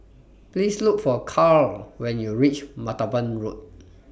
Please Look For Caryl when YOU REACH Martaban Road